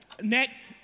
Next